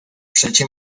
przecie